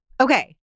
Okay